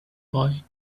boy